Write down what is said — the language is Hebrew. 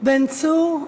בן צור.